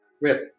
Rip